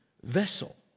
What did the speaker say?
vessel